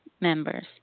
members